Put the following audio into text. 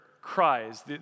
Cries